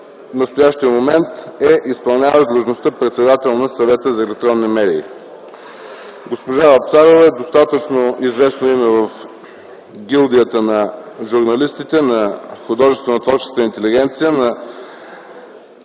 настоящия момент е изпълняващ длъжността „Председател на Съвета за електронни медии”. Госпожа Вапцарова е достатъчно известно име в гилдията на журналистите, на художественотворческата интелигенция, на